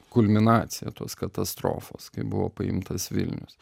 kulminacija tos katastrofos kai buvo paimtas vilnius